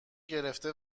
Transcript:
گرفته